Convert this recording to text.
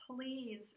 please